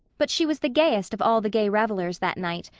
but she was the gayest of all the gay revellers that night,